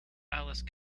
alice